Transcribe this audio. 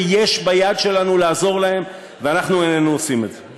ויש בידנו לעזור להם ואנחנו איננו עושים את זה.